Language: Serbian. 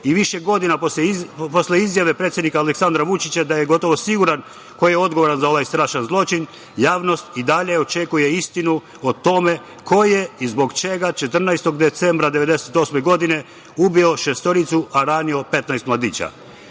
i više godina posle izjave predsednika Aleksandra Vučića da je gotovo siguran ko je odgovoran za ovaj strašan zločin, javnost i dalje očekuje istinu o tome ko je i zbog čega 14. decembra 1998. godine ubio šestoricu, a ranio 15 mladića. Mislim